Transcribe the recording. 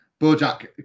Bojack